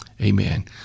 Amen